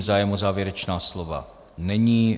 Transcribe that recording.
Zájem o závěrečná slova není.